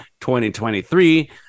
2023